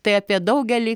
tai apie daugelį